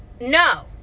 No